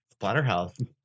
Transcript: Splatterhouse